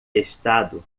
estado